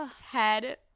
ted